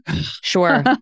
Sure